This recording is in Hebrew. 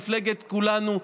זו מפלגת כולנו,